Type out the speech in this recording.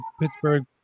Pittsburgh